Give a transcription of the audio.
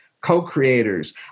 co-creators